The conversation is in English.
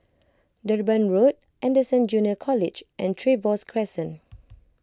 Durban Road Anderson Junior College and Trevose Crescent